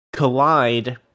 collide